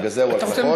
בגלל זה הוא עלה, נכון?